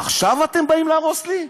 עכשיו אתם באים להרוס לי?